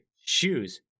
shoes